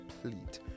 complete